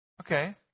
Okay